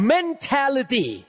Mentality